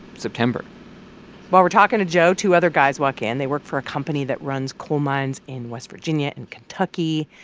september while we're talking to joe, two other guys walk in. they work for a company that runs coal mines in west virginia and kentucky.